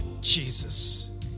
Jesus